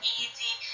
easy